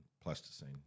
plasticine